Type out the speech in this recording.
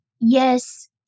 yes